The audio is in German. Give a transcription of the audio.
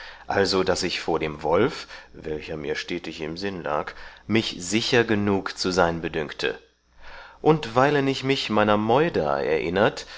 also daß ich vor dem wolf welcher mir stetig im sinn lag mich sicher genug zu sein bedünkte und weilen ich mich meiner meuder erinnert